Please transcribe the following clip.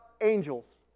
angels